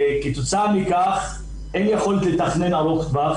כתוצאה מכך אין יכולת לתכנון ארוך טווח